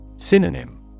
Synonym